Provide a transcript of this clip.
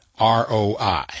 ROI